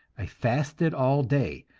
i fasted all day,